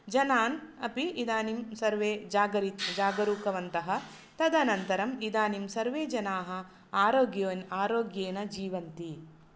जनान् अपि इदानीं सर्वे जागरी जागरूकवन्तः तदनन्तरं इदानीं सर्वे जनाः आरोग्योन् आरोग्येन जीवन्ति